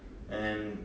and